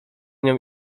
nią